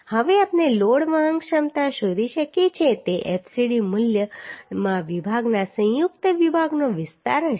હવે આપણે લોડ વહન ક્ષમતા શોધી શકીએ છીએ તે fcd મૂલ્યમાં વિભાગના સંયુક્ત વિભાગનો વિસ્તાર હશે